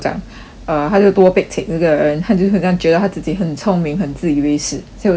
err 他就多 pekcek 那个人他就是很像觉得他自己很聪明很自以为是结果我就像 mm